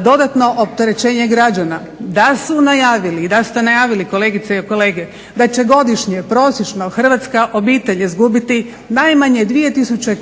dodatno opterećenje građana, da su najavili i da su to najavili kolegice i kolege da će godišnje prosječno hrvatska obitelj izgubiti najmanje 2 tisuće